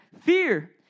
fear